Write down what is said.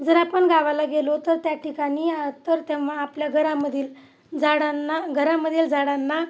जर आपण गावाला गेलो तर त्या ठिकाणी तर तेव्हा आपल्या घरामधील झाडांना घरामधील झाडांना